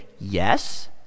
Yes